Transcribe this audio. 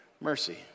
mercy